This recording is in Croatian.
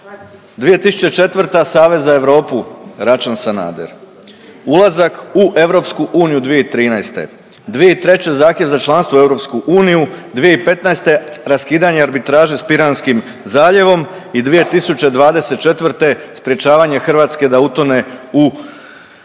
2004. Savez za Europu, Račan-Sanader, ulazak u EU 2013., 2003. zahtjev za članstvo u EU, 2015. raskidanje arbitraže s Piranskim zaljevom i 2024. sprječavanje Hrvatske da utone u nešto